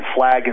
flag